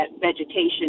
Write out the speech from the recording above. vegetation